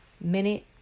minute